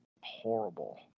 horrible